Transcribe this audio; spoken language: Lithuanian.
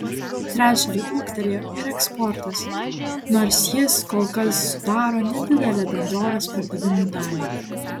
trečdaliu ūgtelėjo ir eksportas nors jis kol kas sudaro nedidelę bendrovės pardavimų dalį